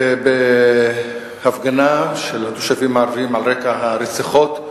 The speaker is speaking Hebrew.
הייתי בהפגנה של התושבים הערבים על רקע הרציחות,